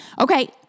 okay